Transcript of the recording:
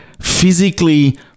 physically